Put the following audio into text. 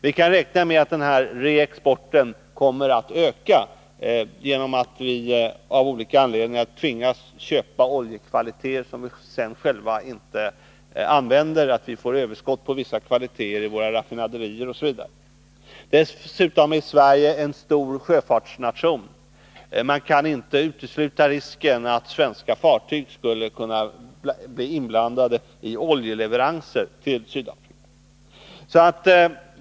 Vi kan räkna med att reexporten kommer att öka genom att vi av olika anledningar tvingas köpa oljekvaliteter som vi sedan själva inte använder. Vi får då överskott på vissa kvaliteter i våra raffinaderier osv. Dessutom är Sverige en stor sjöfartsnation. Man kan inte utesluta risken för att svenska fartyg skulle kunna bli inblandade i oljeleveranser till Sydafrika.